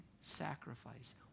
sacrifice